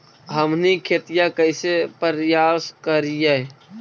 हमनी खेतीया कइसे परियास करियय?